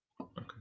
Okay